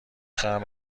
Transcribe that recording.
خرم